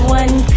one